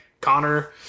Connor